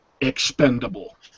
expendable